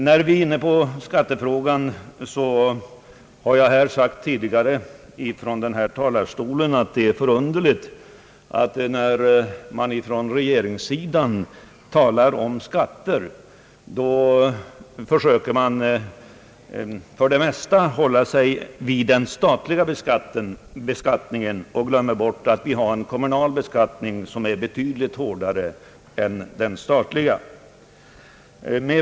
På tal om skattefrågan har jag tidigare i denna talarstol noterat det märkliga i att regeringenssidan för det mesta håller sig till den statliga beskattningen och glömmer bort att vi har en kommunal beskattning av betydligt hårdare slag.